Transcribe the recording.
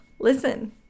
listen